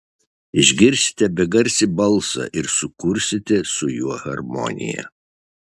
išgirsite begarsį balsą ir sukursite su juo harmoniją